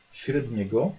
średniego